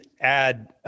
add